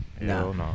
no